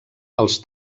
els